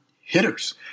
hitters